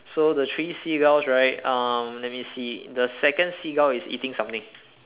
so the three seagulls right um let me see the second seagull is eating something